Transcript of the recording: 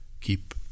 keep